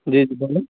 جی جی بولیں